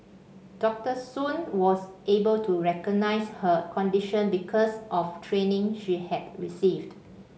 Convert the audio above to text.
Doctor Soon was able to recognise her condition because of training she had received